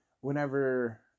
whenever